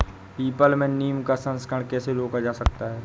People में नीम का संकरण कैसे रोका जा सकता है?